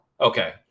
Okay